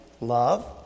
love